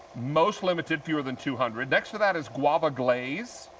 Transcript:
most limited fewer than two hundred. next that is guava glaze.